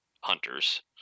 hunters